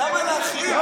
למה להכאיב?